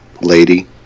lady